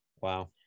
Wow